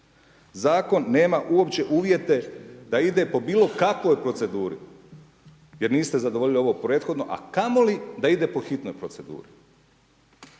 Zakon nema uopće uvijete da ide po bilo kakvoj proceduri, jer niste zadovoljili ovo prethodno a kamo li da ide po hitnoj proceduri.